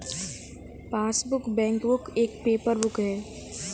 passbook, bank book एक paper book है